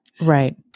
Right